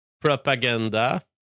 propaganda